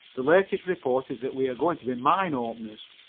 the latest report is that we are going to be mine openers.